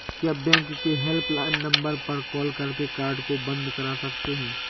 क्या बैंक के helpline number पर कॉल करके कार्ड को बंद करा सकते हैं?